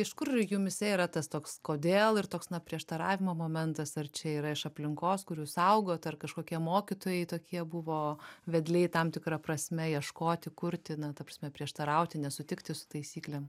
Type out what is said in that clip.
iš kur jumyse yra tas toks kodėl ir toks na prieštaravimo momentas ar čia yra iš aplinkos kur jūs augot ar kažkokie mokytojai tokie buvo vedliai tam tikra prasme ieškoti kurti na ta prasme prieštarauti nesutikti su taisyklėm